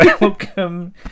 welcome